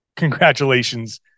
Congratulations